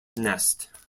nest